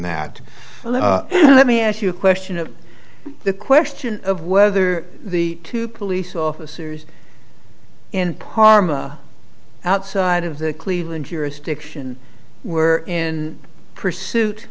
that let me ask you a question of the question of whether the two police officers in parma outside of the cleveland jurisdiction where in pursuit